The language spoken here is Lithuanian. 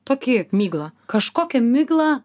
tokį miglą kažkokią miglą